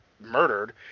murdered